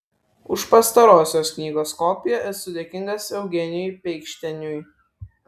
už pastarosios knygos kopiją esu dėkingas eugenijui peikšteniui